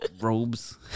robes